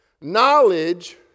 knowledge